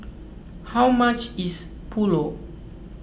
how much is Pulao